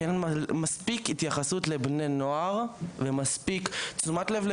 כי אין מספיק התייחסות לבני נוער ומספיק תשומת לב.